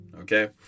Okay